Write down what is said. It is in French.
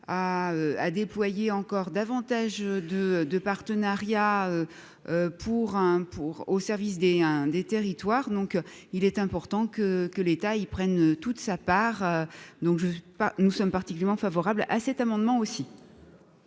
à déployer encore davantage de partenariats au service des territoires. Il est important que l'État y prenne toute sa part. Nous sommes donc particulièrement favorables à cet amendement.